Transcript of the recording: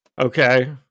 Okay